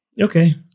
Okay